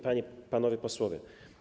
Panie i Panowie Posłowie!